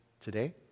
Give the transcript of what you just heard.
today